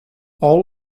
all